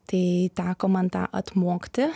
tai teko man tą atmokti